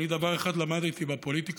אני דבר אחד למדתי בפוליטיקה: